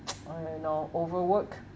I don't know overwork